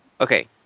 Okay